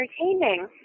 entertaining